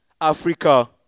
Africa